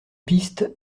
piste